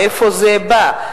מאיפה זה בא?